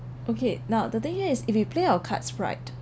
okay now the thing is if you play our cards right